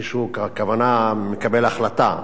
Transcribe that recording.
מישהו הכוונה מקבל החלטה,